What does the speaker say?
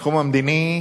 בתחום המדיני